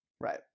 Right